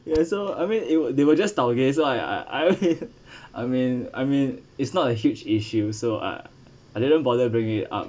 ya so I mean it would they were just tau gays so I I I mean I mean it's not a huge issue so uh I didn't bother to bring it up